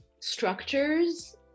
structures